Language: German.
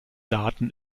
daten